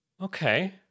okay